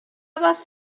fath